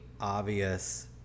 obvious